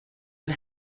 and